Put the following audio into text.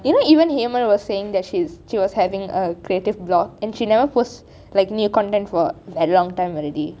you know even hemanth was saying that she is she was having a creative block and she like never post a content for like time already